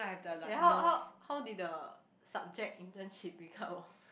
ya how how how did the subject internship become of